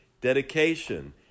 dedication